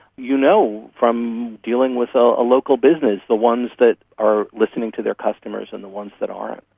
you know from dealing with a local business the ones that are listening to their customers and the ones that aren't.